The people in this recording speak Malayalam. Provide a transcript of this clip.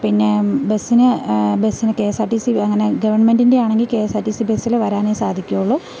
പിന്നേ ബസ്സിന് ബസ്സിന് K S R T C അങ്ങനെ ഗവണ്മെന്റിന്റെ ആണെങ്കിൽ K S R T C ബസ്സിൽ വരാനെ സാധിക്കുകയുള്ളൂ